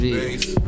base